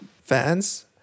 fans